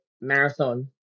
marathon